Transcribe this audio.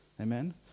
Amen